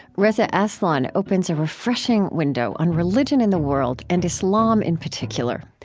reza aslan opens a refreshing window on religion in the world and islam in particular.